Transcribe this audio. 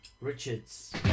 Richards